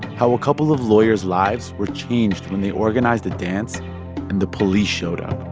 how a couple of lawyers' lives were changed when they organized a dance and the police showed up